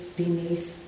beneath